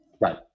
right